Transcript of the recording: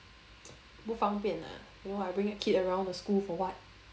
不方便 ah you know I bring a kid around the school for what